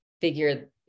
figure